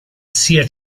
sia